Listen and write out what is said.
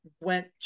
went